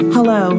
Hello